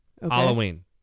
Halloween